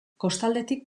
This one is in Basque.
kostaldetik